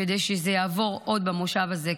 כדי שזה יעבור עוד במושב הזה.